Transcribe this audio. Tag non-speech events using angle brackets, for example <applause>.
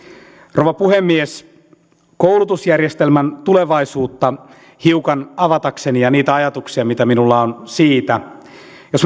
rouva puhemies koulutusjärjestelmän tulevaisuutta hiukan avatakseni ja niitä ajatuksia joita minulla on siitä jos <unintelligible>